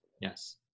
Yes